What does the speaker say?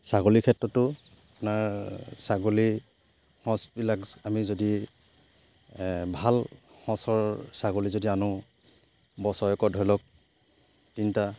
ছাগলীৰ ক্ষেত্ৰতো আপোনাৰ ছাগলী সঁচবিলাক আমি যদি ভাল সঁচৰ ছাগলী যদি আনো বছৰেকত ধৰি লওক তিনটা